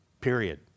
period